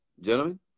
gentlemen